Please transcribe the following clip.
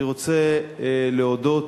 אני רוצה להודות,